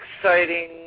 exciting